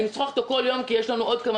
אני משוחחת איתו בכל יום כי יש לנו עוד כמה